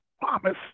promise